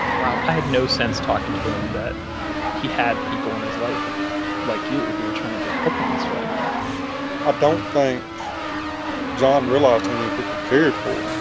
wow. i had no sense talking to him that he had people in his life like you who were trying to help him this way i don't think john realized how many people cared for